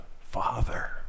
Father